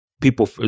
people